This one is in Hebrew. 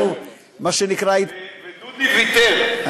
ודודי ויתר.